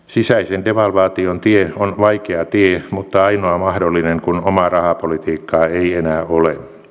sisäisen devalvaation tie on vaikea tie mutta ainoa mahdollinen kun omaa rahapolitiikkaa ei enää ole